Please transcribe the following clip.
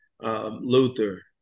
Luther